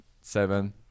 seven